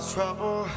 trouble